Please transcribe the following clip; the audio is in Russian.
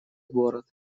город